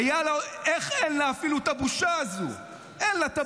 איך אפילו את הבושה הזאת אין לה?